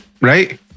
right